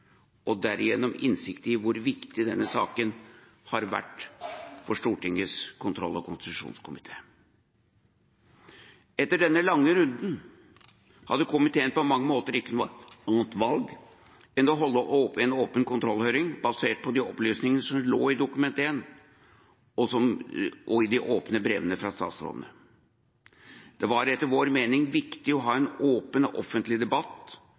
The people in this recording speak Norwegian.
og derigjennom innsikt i hvor viktig denne saken har vært for Stortingets kontroll- og konstitusjonskomité. Etter denne lange runden hadde komiteen på mange måter ikke noe annet valg enn å holde en åpen kontrollhøring basert på de opplysningene som lå i Dokument 1 og i de åpne brevene fra statsrådene. Det var etter vår mening viktig å ha en åpen og offentlig debatt